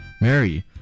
Mary